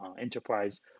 enterprise